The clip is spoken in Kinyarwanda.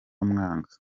mwanga